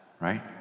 right